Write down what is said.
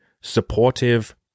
supportive